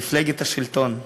מפלגת השלטון.